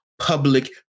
public